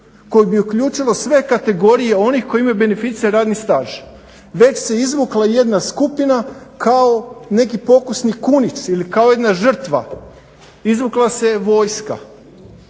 koje bi uključilo sve kategorije onih koji imaju beneficiran radni staž. Već se izvukla jedna skupina kao neki pokusni kunić ili kao jedna žrtva, izvukla se vojska.